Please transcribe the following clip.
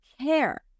care